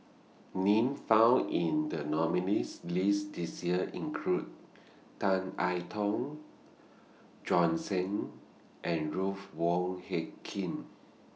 Names found in The nominees' list This Year include Tan I Tong Bjorn Shen and Ruth Wong Hie King